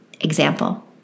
Example